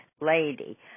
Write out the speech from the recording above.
lady